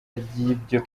ry’ibyo